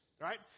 right